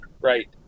right